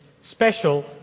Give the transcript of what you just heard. special